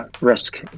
risk